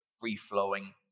free-flowing